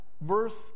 verse